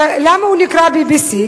ולמה הוא נקרא "ביבי see"?